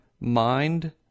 mind